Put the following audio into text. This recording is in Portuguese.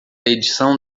edição